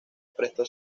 prestó